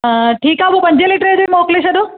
ठीकु आहे पोइ पंजे लीटर ई मोकिले छॾो